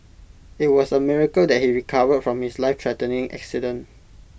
IT was A miracle that he recovered from his lifethreatening accident